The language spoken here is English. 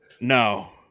No